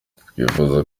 twifuza